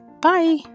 Bye